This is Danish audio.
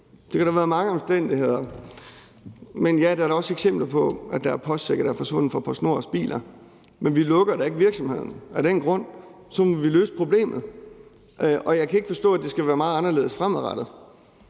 Der kan være mange omstændigheder. Men ja, der er da også eksempler på, at der er postsække, der er forsvundet fra PostNords biler, men vi lukker da ikke virksomheden af den grund. Så må vi løse problemet. Jeg kan ikke forstå, at det skal være meget anderledes fremadrettet.